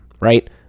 right